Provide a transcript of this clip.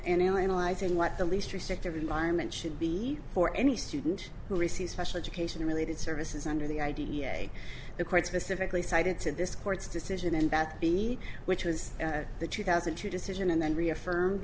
analyzing what the least restrictive environment should be for any student who receives special education related services under the i d e a the court specifically cited to this court's decision in bad b which was the two thousand and two decision and then reaffirm